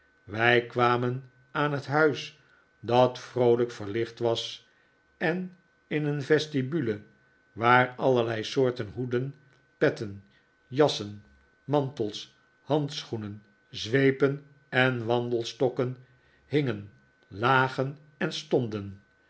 wij kwamen aan het huis dat vroolijk verlidnt was en in een vestibule waar allerlei soorten hoedefi petten jassen mantels handschoenen zweepen en wandelstokken hingen lagen en stonden